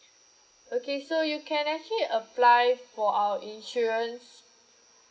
okay so you can actually apply for our insurance